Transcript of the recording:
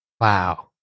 Wow